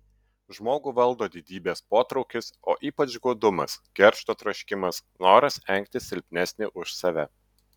žmogų valdo didybės potraukis o ypač godumas keršto troškimas noras engti silpnesnį už save